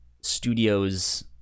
studios